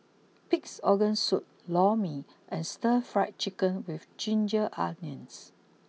Pig's Organ Soup Lor Mee and Stir Fry Chicken with Ginger Onions